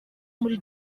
muri